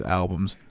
albums